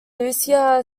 lucia